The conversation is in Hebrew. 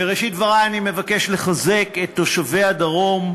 בראשית דברי אני מבקש לחזק את תושבי הדרום,